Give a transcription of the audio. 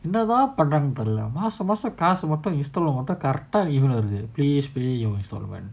என்னதாபண்ணறாங்கனுதெரிலமாசம்மாசம்காசுமட்டும்:ennatha pannaranganu therila maasam maasam kasu madum correct ah email வந்துருது:vandhurudhu please please